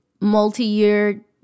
multi-year